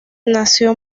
nació